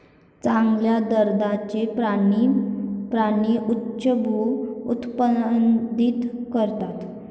चांगल्या दर्जाचे प्राणी प्राणी उच्चभ्रू उत्पादित करतात